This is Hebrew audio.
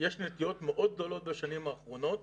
יש נטיעות מאוד גדולות בשנים האחרונות